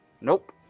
Nope